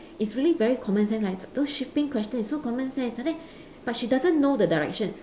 it's really very common sense lah it's those shipping question it's so common sense but then but she doesn't know the direction